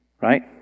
Right